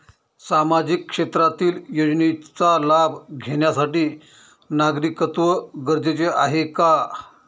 सामाजिक क्षेत्रातील योजनेचा लाभ घेण्यासाठी नागरिकत्व गरजेचे आहे का?